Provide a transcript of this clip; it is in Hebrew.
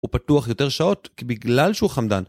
הוא פתוח יותר שעות כי בגלל שהוא חמדן.